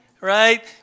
Right